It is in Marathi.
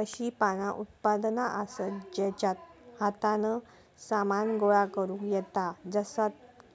अशी काही उत्पादना आसत जेच्यात हातान सामान गोळा करुक येता जसा